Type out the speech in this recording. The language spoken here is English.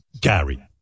Gary